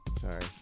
sorry